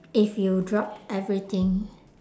if you dropped everything